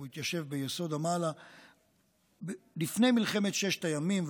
והתיישב ביסוד המעלה לפני מלחמת ששת הימים.